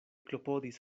klopodis